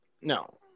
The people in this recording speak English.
no